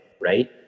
right